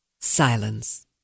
Silence